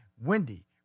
Wendy